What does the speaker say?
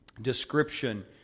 description